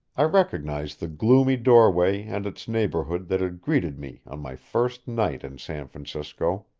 i recognized the gloomy doorway and its neighborhood that had greeted me on my first night in san francisco.